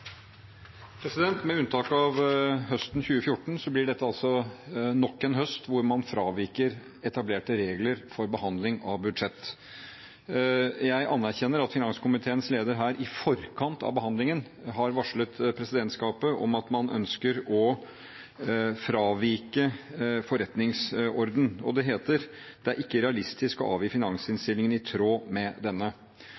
Med unntak av høsten 2014 blir dette nok en høst hvor man fraviker etablerte regler for behandling av budsjett. Jeg anerkjenner at finanskomiteens leder i forkant av behandlingen har varslet presidentskapet om at man ønsker å fravike forretningsordenen, og det heter: Det er ikke realistisk å avgi